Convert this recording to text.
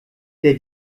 der